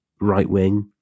right-wing